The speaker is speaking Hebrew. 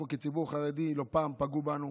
אנחנו, כציבור חרדי, לא פעם פגעו בנו.